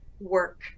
work